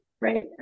Right